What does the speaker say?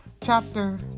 chapter